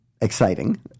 exciting